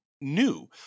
new